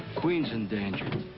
queen's in danger.